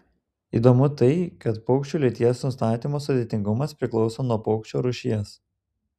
įdomu tai kad paukščių lyties nustatymo sudėtingumas priklauso nuo paukščio rūšies